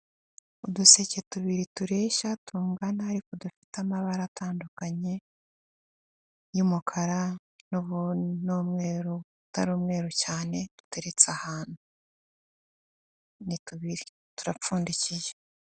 Uduseke tubiri tureshya tungana ariko dufite amabara atandukanye y'umukara n'umweru utari umweru cyane duteretse ahantu ni tubiri turapfundikiye.